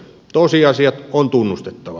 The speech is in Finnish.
tosiasiat on tunnustettava